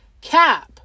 cap